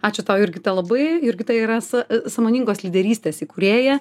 ačiū tau jurgita labai jurgita yra są e sąmoningos lyderystės įkūrėja